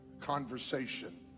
conversation